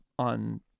on